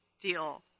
deal